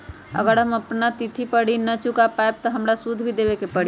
अगर हम अपना तिथि पर ऋण न चुका पायेबे त हमरा सूद भी देबे के परि?